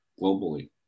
globally